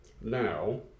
Now